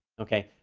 okay?